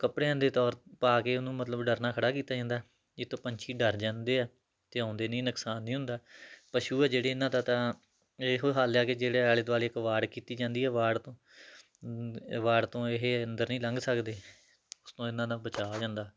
ਕੱਪੜਿਆਂ ਦੇ ਤੌਰ ਪਾ ਕੇ ਉਹਨੂੰ ਮਤਲਬ ਡਰਨਾ ਖੜਾ ਕੀਤਾ ਜਾਂਦਾ ਜਿਸ ਤੋਂ ਪੰਛੀ ਡਰ ਜਾਂਦੇ ਆ ਅਤੇ ਆਉਂਦੇ ਨਹੀਂ ਨੁਕਸਾਨ ਨਹੀਂ ਹੁੰਦਾ ਪਸ਼ੂ ਆ ਜਿਹੜੀ ਇਹਨਾਂ ਦਾ ਤਾਂ ਇਹੋ ਹੱਲ ਆ ਕਿ ਜਿਹੜੇ ਆਲੇ ਦੁਆਲੇ ਵਾੜ ਕੀਤੀ ਜਾਂਦੀ ਹੈ ਵਾੜ ਤੋਂ ਵਾੜ ਤੋਂ ਇਹ ਅੰਦਰ ਨਹੀਂ ਲੰਘ ਸਕਦੇ ਉਸ ਤੋਂ ਇਹਨਾਂ ਦਾ ਬਚਾਅ ਹੋ ਜਾਂਦਾ